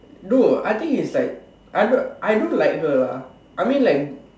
no I think is like I don't I don't like her lah I mean like